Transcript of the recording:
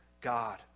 God